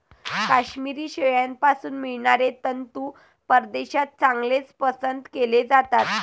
काश्मिरी शेळ्यांपासून मिळणारे तंतू परदेशात चांगलेच पसंत केले जातात